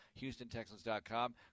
HoustonTexans.com